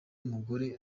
mugore